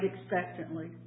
expectantly